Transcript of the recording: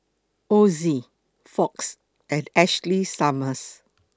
Ozi Fox and Ashley Summers